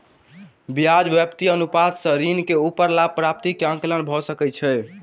ब्याज व्याप्ति अनुपात सॅ ऋण के ऊपर लाभ प्राप्ति के आंकलन भ सकै छै